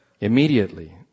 Immediately